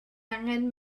angen